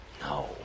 No